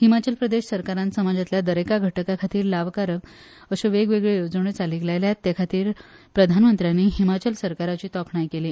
हिमाचल प्रदेश सरकारान समाजातल्या दरेका घटकाखातीर लावकारक अशो वेगवेगळ्यो येवजण्यो चालीक लायल्यात तेखातीर प्रधानमंत्र्यानी हिमाचल सरकाराची तोखणाय केली